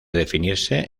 definirse